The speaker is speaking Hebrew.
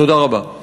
תודה רבה.